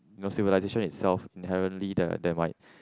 civilization itself inherently there there might